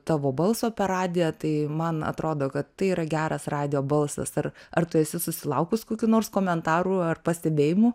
tavo balso per radiją tai man atrodo kad tai yra geras radijo balsas ar ar tu esi susilaukus kokių nors komentarų ar pastebėjimų